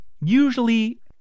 usually